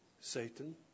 Satan